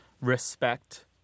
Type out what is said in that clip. respect